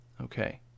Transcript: Okay